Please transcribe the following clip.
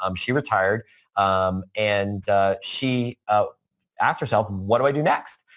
um she retired and she asked herself, what do i do next?